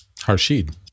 Harshid